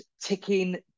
ticking